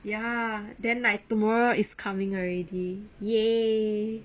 ya then like tomorrow is coming already !yay!